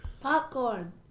Popcorn